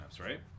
right